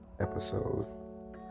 episode